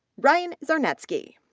ryan czarnecki,